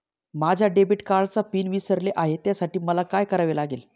माझ्या डेबिट कार्डचा पिन विसरले आहे त्यासाठी मला काय करावे लागेल?